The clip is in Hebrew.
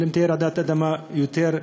אבל אם תהיה רעידת אדמה קשה יותר,